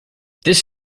this